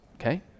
Okay